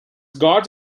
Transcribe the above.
gods